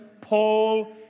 Paul